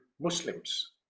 Muslims